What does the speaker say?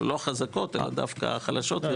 לא חזקות דווקא חלשות.